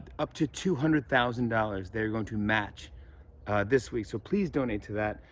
up to two hundred thousand dollars they're going to match this week. so please donate to that.